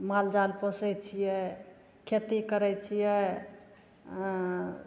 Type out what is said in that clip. मालजाल पोसै छिए खेती करै छिए